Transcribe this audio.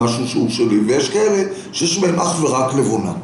משהו שוא שלם. ויש כאלה שיש מהן אך ורק לבונה.